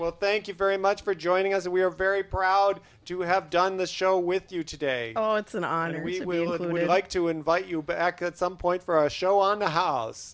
well thank you very much for joining us and we are very proud to have done this show with you today oh it's an honor we like to invite you back at some point for our show on the house